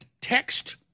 text